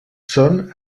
són